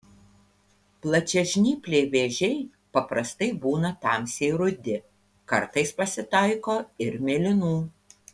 plačiažnypliai vėžiai paprastai būna tamsiai rudi kartais pasitaiko ir mėlynų